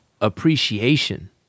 appreciation